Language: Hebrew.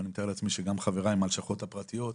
ואני מתאר לעצמי שגם חבריי מהלשכות הפרטיות,